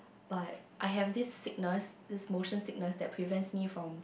but I have this sickness this motion sickness that prevents me from